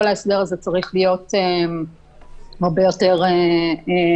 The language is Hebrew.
כל ההסדר הזה צריך להיות הרבה יותר מידתי.